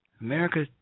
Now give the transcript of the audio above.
America